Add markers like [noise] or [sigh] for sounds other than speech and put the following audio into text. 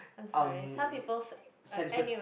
um r~ [noise] censored